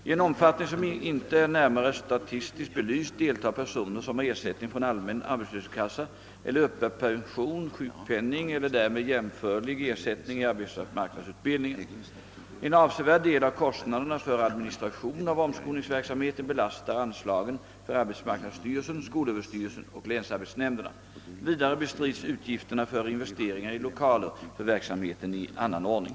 I en omfattning som inte är närmare statistiskt belyst deltar personer som har ersättning från allmän arbetslöshetskassa eller uppbär pension, sjukpenning eller därmed jämförlig ersättning i arbetsmarknadsutbildningen. En avsevärd del av kostnaderna för administration av omskolningsverksamheten belastar anslagen för arbetsmarknadsstyrelsen, skolöverstyrelsen och länsarbetsnämnderna. Vidare bestrids utgifterna för investeringar i lokaler för verksamheten i annan ordning.